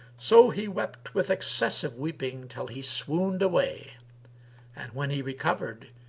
so he wept with excessive weeping till he swooned away and, when he recovered,